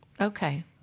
Okay